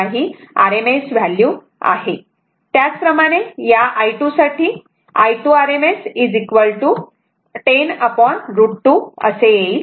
ही RMS value आहे त्याच प्रमाणे या i2 साठी i2 rms 10√ 2 असे येईल